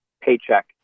paycheck